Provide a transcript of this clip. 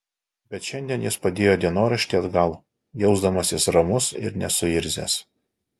bet šiandien jis padėjo dienoraštį atgal jausdamasis ramus ir nesuirzęs